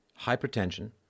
hypertension